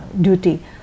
Duty